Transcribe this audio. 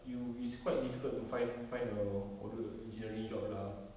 you it's quite difficult to find find a audio engineering job lah